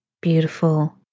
Beautiful